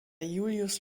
julius